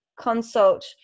consult